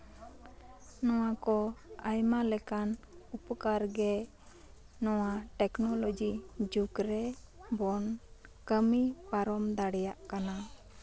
ᱱᱚᱣᱟ ᱠᱚ ᱟᱭᱢᱟ ᱞᱮᱠᱟᱱ ᱩᱯᱚᱠᱟᱨᱜᱮ ᱱᱚᱣᱟ ᱴᱮᱠᱱᱳᱞᱚᱡᱤ ᱡᱩᱜᱽᱨᱮ ᱵᱚᱱ ᱠᱟᱹᱢᱤ ᱯᱟᱨᱚᱢ ᱫᱟᱲᱮᱭᱟᱜ ᱠᱟᱱᱟ